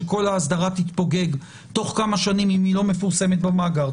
שכל האסדרה תתפוגג בתוך כמה שנים אם היא לא מפורסמת במאגר,